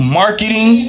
marketing